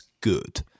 good